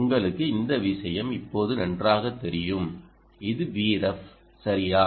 உங்களுக்கு இந்த விஷயம் இப்போது நன்றாகத் தெரியும் இது Vref சரியா